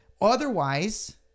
otherwise